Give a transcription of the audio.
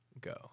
go